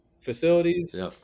facilities